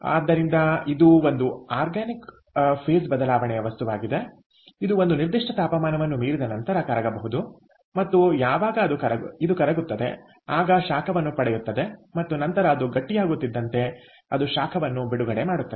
ಆದ್ದರಿಂದ ಇದು ಒಂದು ಆರ್ಗನಿಕ್ ಫೇಸ್ ಬದಲಾವಣೆಯ ವಸ್ತುವಾಗಿದ್ದು ಇದು ಒಂದು ನಿರ್ದಿಷ್ಟ ತಾಪಮಾನವನ್ನು ಮೀರಿದ ನಂತರ ಕರಗಬಹುದು ಮತ್ತು ಯಾವಾಗ ಇದು ಕರಗುತ್ತದೆ ಆಗ ಶಾಖವನ್ನು ಪಡೆಯುತ್ತದೆ ಮತ್ತು ನಂತರ ಅದು ಗಟ್ಟಿಯಾಗುತ್ತಿದ್ದಂತೆ ಅದು ಶಾಖವನ್ನು ಬಿಡುಗಡೆ ಮಾಡುತ್ತದೆ